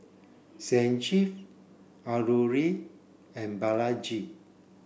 Sanjeev Alluri and Balaji